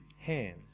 hand